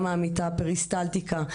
מסוימת.